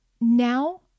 now